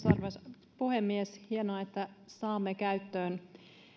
arvoisa puhemies hienoa että saamme käyttöön